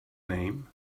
name